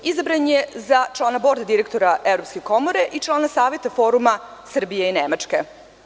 Izabran je za člana bord direktora Evropske komore i člana Saveta foruma Srbije i Nemačke.